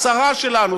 הקצרה שלנו,